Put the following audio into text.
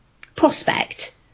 prospect